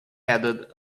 added